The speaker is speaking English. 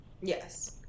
Yes